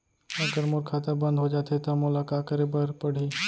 अगर मोर खाता बन्द हो जाथे त मोला का करे बार पड़हि?